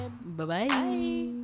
Bye-bye